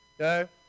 okay